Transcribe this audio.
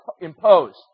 imposed